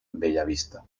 bellavista